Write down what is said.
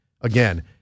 Again